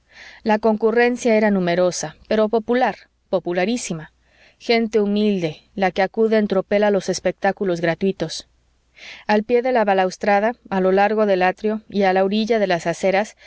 la concurrencia era numerosa pero popular popularísima gente humilde la que acude en tropel a los espectáculos gratuitos al pié de la balaustrada a lo largo del atrio y a la orilla de las aceras